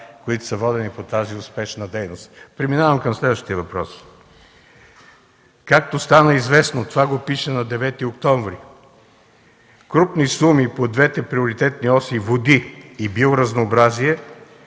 за дела, водени по тази успешна дейност. Преминавам към следващия въпрос. Както стана известно, това го пише на 9 октомври, крупни суми по двете приоритетни оси – „Води” и „Биоразнообразие”,